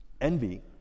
envy